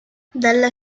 dalla